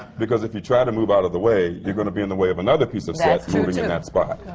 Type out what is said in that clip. because if you try to move out of the way, you're going to be in the way of another piece of set moving in that spot.